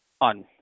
on